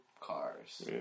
cars